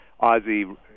Ozzy